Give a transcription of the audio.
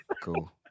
Cool